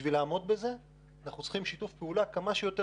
בשביל לעמוד בזה אנחנו צריכים שיתוף פעולה כמה שיותר